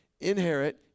inherit